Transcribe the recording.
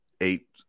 eight